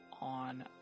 on